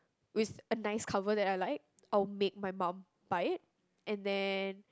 with a nice cover that I like or make my mom buy it and then